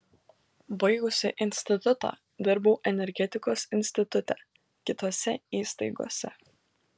baigusi institutą dirbau energetikos institute kitose įstaigose